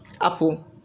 Apple